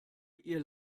ihr